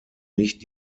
nicht